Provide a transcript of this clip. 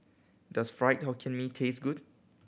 does Fried Hokkien Mee taste good